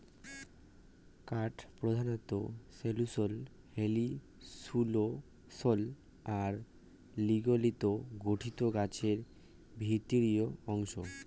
কাঠ প্রধানত cellulose, hemicellulose আর লিগলিনত গঠিত গছের ভিতরির অংশ